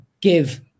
give